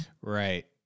Right